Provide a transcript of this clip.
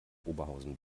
oberhausen